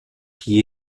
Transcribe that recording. qui